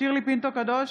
שירלי פינטו קדוש,